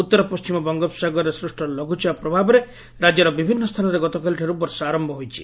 ଉତ୍ତର ପଣ୍କିମ ବଙ୍ଗୋପସଗାରରେ ସୃଷ ଲଘୁଚାପ ପ୍ରଭାବରେ ରାକ୍ୟର ବିଭିନ୍ନ ସ୍ଚାନରେ ଗତକାଲିଠାରୁ ବର୍ଷା ଚାଲିଛି